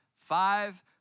Five